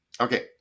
Okay